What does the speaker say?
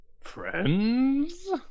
friends